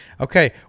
Okay